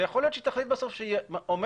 ויכול להיות שהיא תחליט בסוף שהיא עומדת